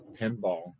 Pinball